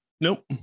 Nope